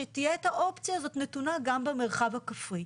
שתהיה את האופציה הזאת נתונה גם במרחב הכפרי.